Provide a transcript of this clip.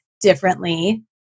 differently